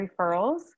referrals